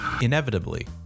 Inevitably